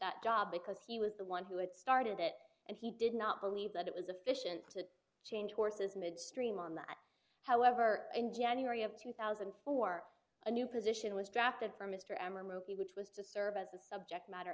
that job because he was the one who had started it and he did not believe that it was a fish and to change horses midstream on that however in january of two thousand and four a new position was drafted for mr ammar movie which was to serve as a subject matter